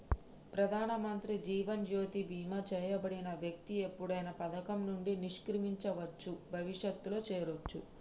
ప్రధానమంత్రి జీవన్ జ్యోతి బీమా చేయబడిన వ్యక్తి ఎప్పుడైనా పథకం నుండి నిష్క్రమించవచ్చు, భవిష్యత్తులో చేరొచ్చు